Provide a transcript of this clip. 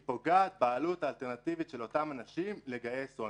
היא פוגעת בעלות האלטרנטיבית של אותם אנשים לגייס הון.